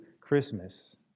Christmas